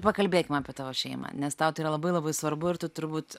pakalbėkim apie tavo šeimą nes tau tai yra labai labai svarbu ir tu turbūt